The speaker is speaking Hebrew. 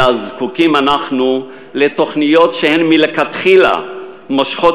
אלא זקוקים אנחנו לתוכניות שמלכתחילה מושכות